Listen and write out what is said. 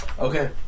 Okay